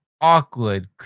awkward